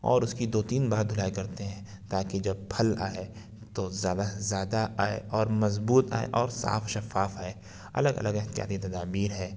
اور اُس کی دو تین بار دھلائی کرتے ہیں تاکہ جب پھل آئے تو زیادہ سے زیادہ آئے اور مضبوط آئے اور صاف شفاف آئے الگ الگ احتیاطی تدابیر ہے